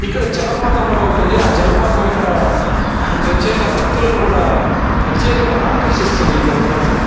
ఇక్కడ జలపాతం కూడా ఒకటి ఉంది ఆ జలపాతం ఇక్కడ ప్రత్యేక భక్తులను కూడా ప్రత్యేకంగా ఆకర్షిస్తుంది ఈ జలపాతం